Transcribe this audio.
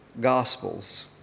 Gospels